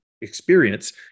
experience